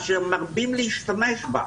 אשר מרבים להשתמש בה.